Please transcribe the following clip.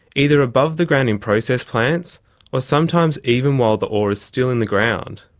either above the ground in process plants or sometimes even while the ore is still in the ground.